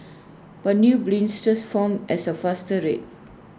but new blisters formed at A faster rate